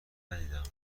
ندیدم